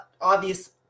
obvious